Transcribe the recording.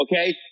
Okay